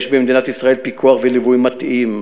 יש במדינת ישראל פיקוח וליווי מתאים,